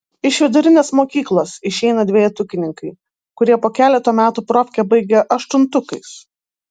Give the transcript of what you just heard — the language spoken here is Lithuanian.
iš vidurinės mokyklos išeina dvejetukininkai kurie po keleto metų profkę baigia aštuntukais